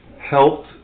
helped